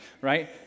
right